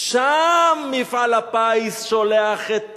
שם מפעל הפיס שולח את